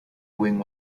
wing